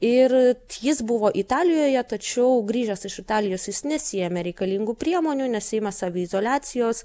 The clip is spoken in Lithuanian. ir jis buvo italijoje tačiau grįžęs iš italijos jis nesiėmė reikalingų priemonių nesiima saviizoliacijos